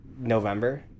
November